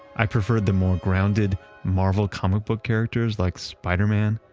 i prefer the more grounded marvel comic book characters like spiderman,